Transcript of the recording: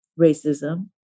racism